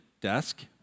desk